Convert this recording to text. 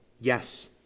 yes